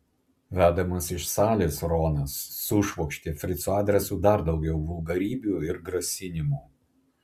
vedamas iš salės ronas sušvokštė frico adresu dar daugiau vulgarybių ir grasinimų